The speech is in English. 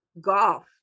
golf